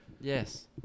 yes